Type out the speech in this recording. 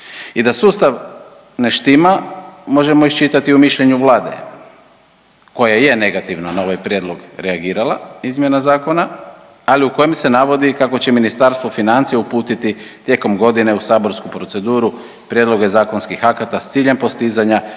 I da sustav ne štima možemo iščitati u mišljenju Vlade koja je negativno na ovaj prijedlog reagirala izmjena zakona, ali u kojem se navodi kako će Ministarstvo financija uputiti tijekom godine u saborsku proceduru prijedloge zakonskih akata s ciljem postizanja sveobuhvatnijeg